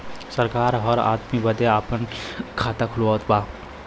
सरकार हर आदमी बदे आपे खाता खुलवावत बा